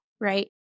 right